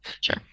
Sure